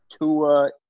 Tua